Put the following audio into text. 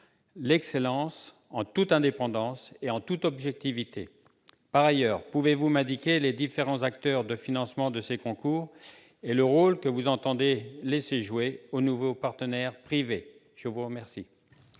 l'excellence en toute indépendance et en toute objectivité ? Par ailleurs, pouvez-vous m'indiquer les différents acteurs du financement de ces concours et le rôle que vous entendez laisser jouer aux nouveaux partenaires privés ? La parole